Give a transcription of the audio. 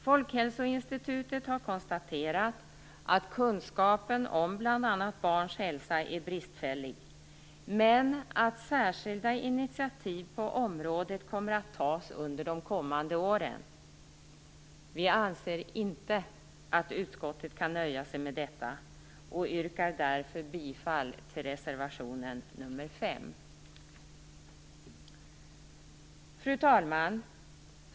Folkhälsoinstitutet har konstaterat att kunskapen om bl.a. barns hälsa är bristfällig men att särskilda initiativ på området kommer att tas under de kommande åren. Vi anser inte att utskottet kan nöja sig med detta och yrkar därför bifall till reservation nr 5. Fru talman!